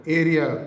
area